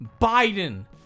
Biden